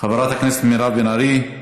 חברת הכנסת מירב בן ארי,